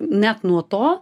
net nuo to